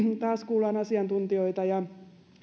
taas kuulemme asiantuntijoita ja